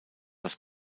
das